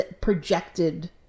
projected